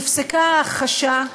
נפסקה ההכחשה,